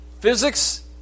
physics